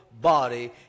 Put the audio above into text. BODY